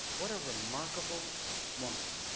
what a remarkable woman